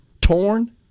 torn